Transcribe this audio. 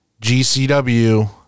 GCW